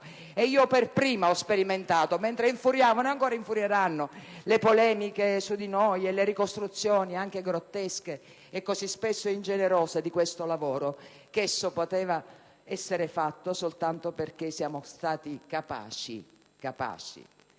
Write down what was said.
E io per prima ho sperimentato, mentre infuriavano e ancora infurieranno le polemiche su di noi e le ricostruzioni, anche grottesche e così spesso ingenerose, di questo lavoro, che esso poteva essere fatto soltanto perché siamo stati capaci di